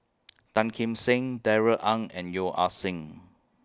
Tan Kim Seng Darrell Ang and Yeo Ah Seng